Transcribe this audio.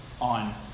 on